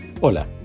Hola